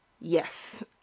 Yes